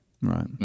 right